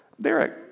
Derek